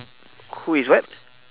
who is what